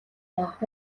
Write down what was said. яах